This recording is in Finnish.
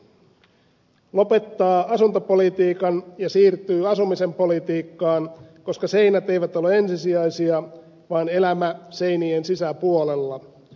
suomen hallitus lopettaa asuntopolitiikan ja siirtyy asumisen politiikkaan koska seinät eivät ole ensisijaisia vaan elämä seinien sisäpuolella